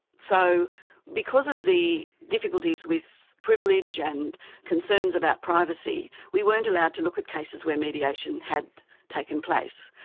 so because of the difficulties with privilege and concerns about privacy, we weren't allowed to look at cases where mediation had taken place.